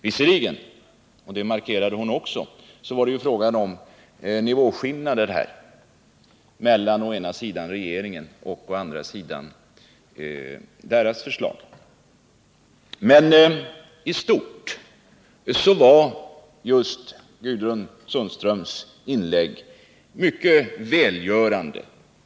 Visserligen markerade hon också att det var fråga om nivåskillnader mellan å ena sidan regeringens förslag och å andra sidan Socialdemokratiska kvinnoförbundets förslag. Men i stort var just Gudrun Sundströms inlägg mycket välgörande.